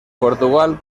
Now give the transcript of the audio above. portugal